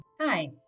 Hi